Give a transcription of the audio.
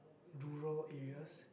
rural areas